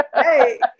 hey